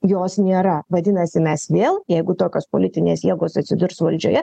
jos nėra vadinasi mes vėl jeigu tokios politinės jėgos atsidurs valdžioje